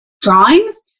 drawings